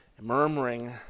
murmuring